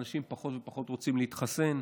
אנשים פחות ופחות רוצים להתחסן.